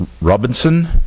Robinson